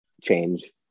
change